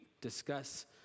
discuss